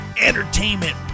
entertainment